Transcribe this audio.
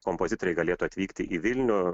kompozitoriai galėtų atvykti į vilnių